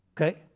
Okay